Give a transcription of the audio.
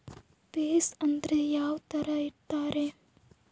Place ಅಂದ್ರೆ ಯಾವ್ತರ ಇರ್ತಾರೆ?